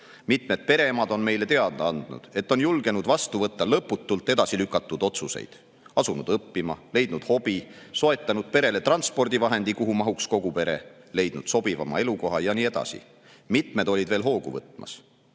Mitmed pereemad on meile teada andnud, et on julgenud vastu võtta lõputult edasi lükatud otsuseid: asunud õppima, leidnud hobi, soetanud perele transpordivahendi, kuhu mahuks kogu pere, leidnud sobivama elukoha ja nii edasi. Mitmed olid veel hoogu võtmas.